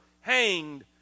hanged